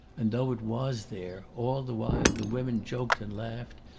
and, though it was there, all the while the women joked and laughed,